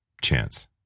chance